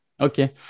Okay